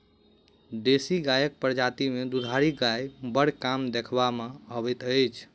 देशी गायक प्रजाति मे दूधारू गाय बड़ कम देखबा मे अबैत अछि